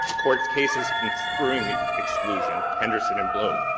court's cases construing the exclusion, henderson and bloate,